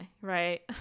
right